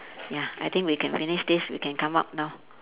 ya I think we can finish this we can come out now